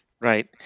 Right